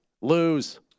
lose